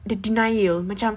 the denial macam